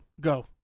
go